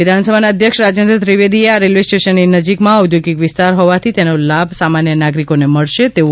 વિધાનસભાના અધ્યક્ષ રાજેન્દ્ર ત્રિવેદીએ આ રેલવે સ્ટેશનની નજીકમાં ઔદ્યોગિક વિસ્તાર હોવાથી તેનો લાભ સામાન્ય નાગરીકોને મળશે તેવો વિશ્વાસ વ્યક્ત કર્યો